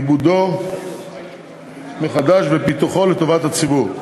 עיבודו מחדש ופיתוחו לטובת הציבור.